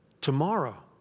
tomorrow